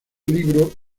libro